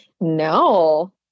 No